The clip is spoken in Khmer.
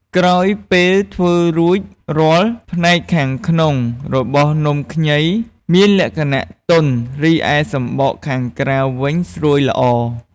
ក្រោយពេលធ្វើរួចរាល់ ផ្នែកខាងក្នុងរបស់នំខ្ញីមានលក្ខណៈទន់ រីឯសំបកខាងក្រៅវិញស្រួយល្អ។